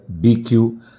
BQ